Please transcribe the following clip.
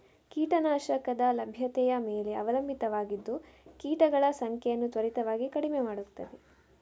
ಕೀಟ ನಾಶಕದ ಲಭ್ಯತೆಯ ಮೇಲೆ ಅವಲಂಬಿತವಾಗಿದ್ದು ಕೀಟಗಳ ಸಂಖ್ಯೆಯನ್ನು ತ್ವರಿತವಾಗಿ ಕಡಿಮೆ ಮಾಡುತ್ತದೆ